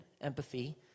empathy